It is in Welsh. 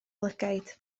lygaid